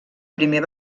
primer